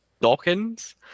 Dawkins